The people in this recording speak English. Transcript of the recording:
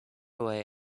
away